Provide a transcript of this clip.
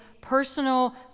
personal